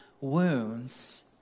wounds